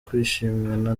kwishimana